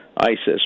isis